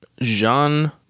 Jean